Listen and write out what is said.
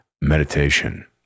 meditation